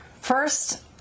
first